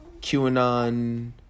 QAnon